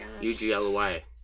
U-G-L-Y